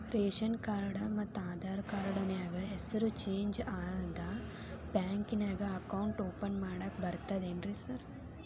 Ration card ಮತ್ತ Aadhaar card ನ್ಯಾಗ ಹೆಸರು ಚೇಂಜ್ ಅದಾ ಬ್ಯಾಂಕಿನ್ಯಾಗ ಅಕೌಂಟ್ ಓಪನ್ ಮಾಡಾಕ ಬರ್ತಾದೇನ್ರಿ ಸಾರ್?